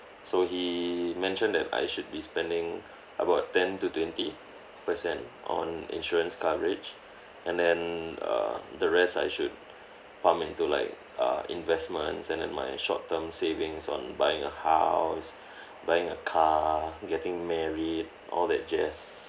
so he mentioned that I should be spending about ten to twenty percent on insurance coverage and then err the rest I should pump into like uh investments and then my short term savings on buying a house buying a car getting married all that jazz